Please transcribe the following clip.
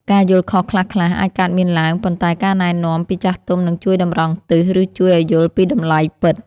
ការយល់ខុសខ្លះៗអាចកើតមានឡើងប៉ុន្តែការណែនាំពីចាស់ទុំនឹងជួយតម្រង់ទិស ឬជួយឱ្យយល់ពីតម្លៃពិត។